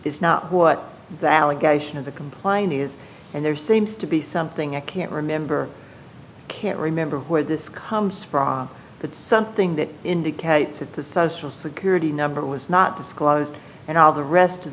is not what the allegation in the complaint is and there seems to be something i can't remember can't remember where this comes from but something that indicates that the social security number was not disclosed and all the rest of